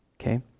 Okay